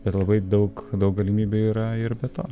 bet labai daug daug galimybių yra ir be to